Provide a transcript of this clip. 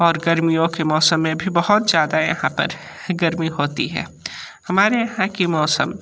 और गर्मियों के मौसम में भी बहुत ज़्यादा यहाँ पर गर्मी होती है हमारे यहाँ का मौसम